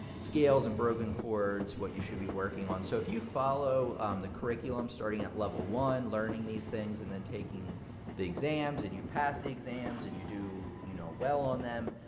scales and broken chords, chords, what you should be working on. so if you follow the curriculum, starting at level one, learning these things and then taking the exams and you pass the exams and you do you know well on them,